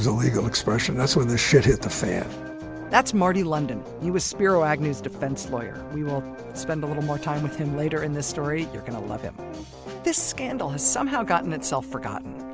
legal expression, that's when the shit hit the fan that's marty london, he was spiro agnew's defense lawyer we will spend a little more time with him later in this story you're gonna love him this scandal has somehow gotten itself forgotten.